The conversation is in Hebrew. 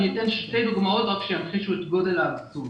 אני אתן שתי דוגמאות שימחישו את גודל האבסורד.